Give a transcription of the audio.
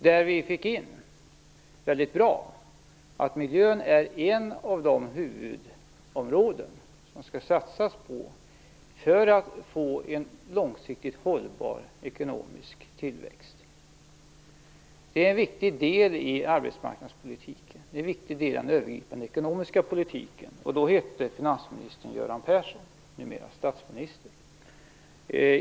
Där fick vi väldigt bra in att miljön är ett av de huvudområden som det skall satsas på för att vi skall få en långsiktigt hållbar ekonomisk tillväxt. Det är en viktig del av arbetsmarknadspolitiken och av den övergripande ekonomiska politiken. Då hette finansministern Göran Persson, som ju numera är statsminister.